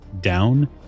down